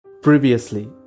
Previously